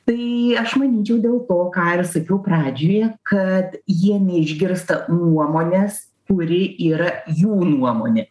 tai aš manyčiau dėl to ką ir sakiau pradžioje kad jie neišgirsta nuomonės kuri yra jų nuomonė